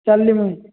ଚାଲ୍ଲି ମୁଇଁ